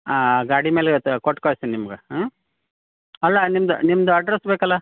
ಹಾಂ ಗಾಡಿ ಮೇಲೆ ಕೊಟ್ಟು ಕಳ್ಸ್ತೀನಿ ನಿಮ್ಗೆ ಹಾಂ ಅಲ್ಲ ನಿಮ್ದು ನಿಮ್ಮದು ಅಡ್ರಸ್ ಬೇಕಲ್ಲ